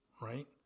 Right